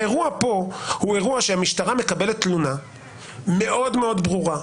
האירוע פה הוא אירוע שהמשטרה מקבלת תלונה מאוד מאוד ברורה,